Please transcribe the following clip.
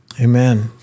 Amen